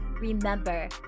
remember